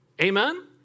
Amen